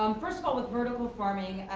um first of all with vertical farming,